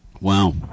Wow